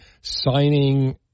signing